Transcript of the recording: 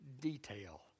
detail